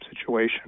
situation